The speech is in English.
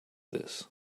this